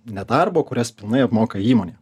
nedarbo kurias pilnai apmoka įmonė